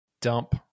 dump